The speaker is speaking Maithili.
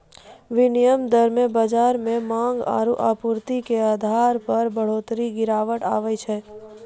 विनिमय दर मे बाजार मे मांग आरू आपूर्ति के आधार पर बढ़ोतरी गिरावट आवै छै